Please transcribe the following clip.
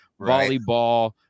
volleyball